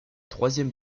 troisième